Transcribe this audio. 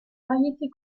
variété